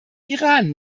iran